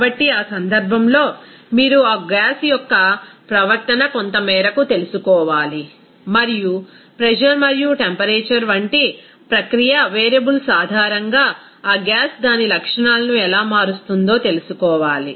కాబట్టి ఆ సందర్భంలో మీరు ఆ గ్యాస్ యొక్క ప్రవర్తన కొంత మేరకు తెలుసుకోవాలి మరియు ప్రెజర్ మరియు టెంపరేచర్ వంటి ప్రక్రియ వేరియబుల్స్ ఆధారంగా ఆ గ్యాస్ దాని లక్షణాలను ఎలా మారుస్తుందో తెలుసుకోవాలి